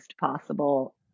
possible